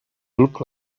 look